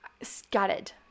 Scattered